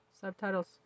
subtitles